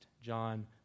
John